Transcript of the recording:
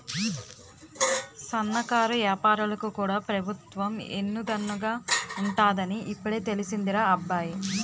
సన్నకారు ఏపారాలకు కూడా పెబుత్వం ఎన్ను దన్నుగా ఉంటాదని ఇప్పుడే తెలిసిందిరా అబ్బాయి